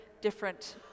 different